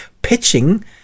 pitching